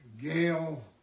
Gail